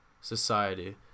society